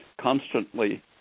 constantly